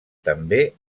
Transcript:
també